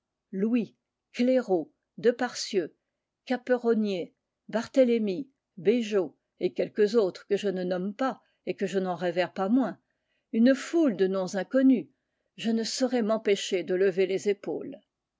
louis clairaut de parcieux capperonier barthélemy béjot et quelques autres que je ne nomme pas et que je n'en révère pas moins une foule de noms inconnus je ne saurais m'empêcher de lever les épaules